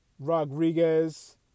Rodriguez